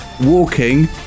walking